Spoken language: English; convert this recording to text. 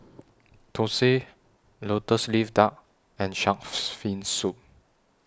Thosai Lotus Leaf Duck and Shark's Fin Soup